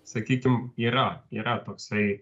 sakykim yra yra toksai